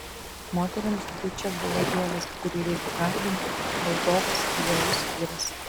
moterims dučė buvo dievas kurį reikia garbinti valdovas idealus vyras